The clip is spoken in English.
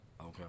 Okay